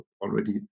already